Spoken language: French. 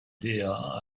dea